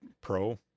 pro